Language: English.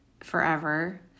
forever